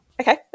okay